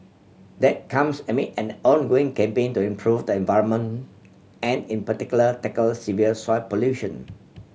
that comes amid an ongoing campaign to improve the environment and in particular tackle severe soil pollution